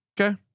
Okay